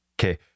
Okay